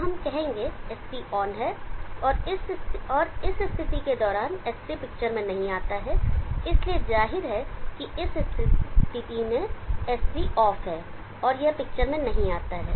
तो हम कहेंगे कि S3 ऑन है और इस स्थिति के दौरान S3 पिक्चर में नहीं आता है इसलिए जाहिर है कि इस स्थिति में S3 ऑफ है और यह पिक्चर में नहीं आता है